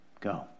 go